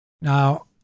Now